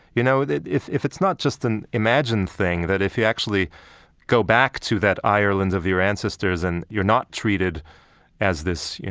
you know, if if it's not just an imagined thing, that if you actually go back to that ireland of your ancestors and you're not treated as this, you